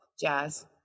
Jazz